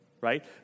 right